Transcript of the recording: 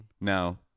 Now